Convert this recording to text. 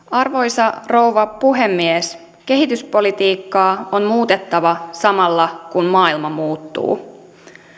arvoisa rouva puhemies kehityspolitiikkaa on muutettava samalla kun maailma muuttuu